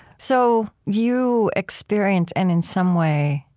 so you experience and, in some way,